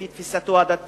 לפי תפיסתו הדתית,